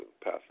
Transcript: path